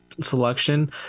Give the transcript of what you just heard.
selection